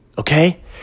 Okay